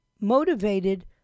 Motivated